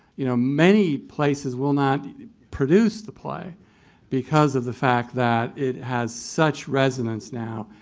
you know, many places will not produce the play because of the fact that it has such resonance now,